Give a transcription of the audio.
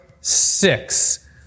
six